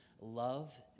love